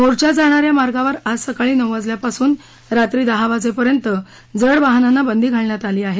मोर्चा जाणा या मार्गावर आज सकाळी नऊ वाजल्यापासून रात्री दहा वाजेपर्यंत जड वाहनांना बदं घालण्यात आली आहे